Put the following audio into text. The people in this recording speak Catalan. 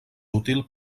útil